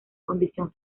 condición